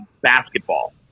Basketball